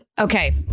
okay